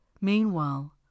Meanwhile